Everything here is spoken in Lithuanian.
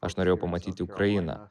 aš norėjau pamatyti ukrainą